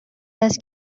است